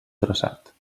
traçat